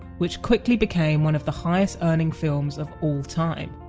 which quickly became one of the highest earning films of all time.